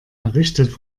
errichtet